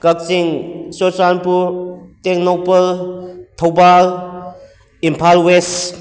Kakching Churachandpur Tengnoupal Thoubal Imphal west